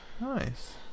nice